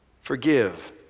Forgive